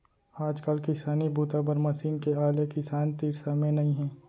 आजकाल किसानी बूता बर मसीन के आए ले किसान तीर समे नइ हे